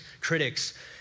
critics